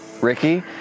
Ricky